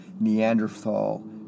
Neanderthal